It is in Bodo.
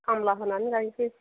खामला होनानै गायनिसै